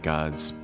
God's